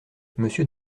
monsieur